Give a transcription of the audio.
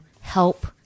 help